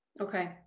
Okay